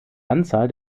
anzahl